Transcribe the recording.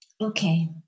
Okay